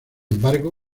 embargo